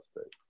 State